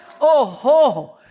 Oh-ho